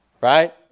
Right